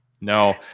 No